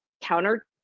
counter